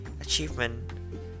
achievement